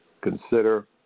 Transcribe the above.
Consider